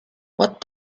what